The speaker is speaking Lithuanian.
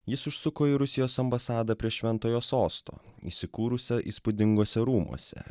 jis užsuko į rusijos ambasadą prie šventojo sosto įsikūrusią įspūdinguose rūmuose